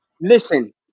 Listen